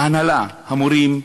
ההנהלה, המורים,